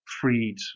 freed